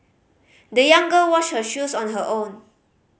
the young girl washed her shoes on her own